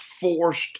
forced